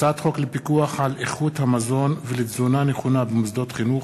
הצעת חוק לפיקוח על איכות המזון ולתזונה נכונה במוסדות חינוך,